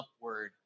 upward